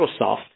Microsoft